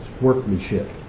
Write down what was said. workmanship